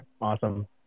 Awesome